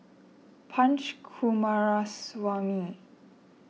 Punch Coomaraswamy